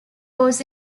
was